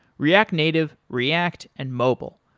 react native, react and mobile,